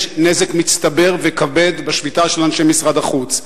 יש נזק מצטבר וכבד בשביתה של אנשי משרד החוץ.